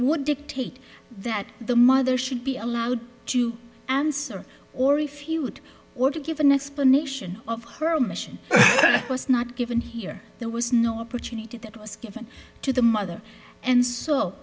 would dictate that the mother should be allowed to answer or refute or to give an explanation of her mission was not given here there was no opportunity that was given to the mother and so